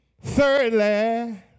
thirdly